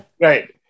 Right